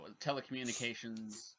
telecommunications